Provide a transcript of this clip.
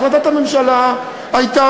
החלטת הממשלה הייתה,